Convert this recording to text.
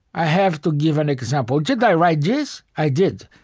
i have to give an example. did i write this? i did.